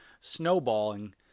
snowballing